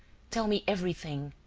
tell me everything.